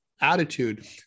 attitude